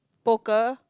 poker